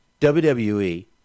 WWE